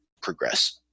progress